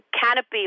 canopy